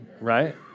right